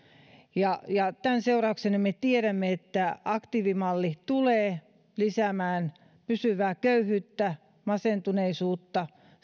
ja ja tämän seurauksena me tiesimme että aktiivimalli tulee lisäämään pysyvää köyhyyttä masentuneisuutta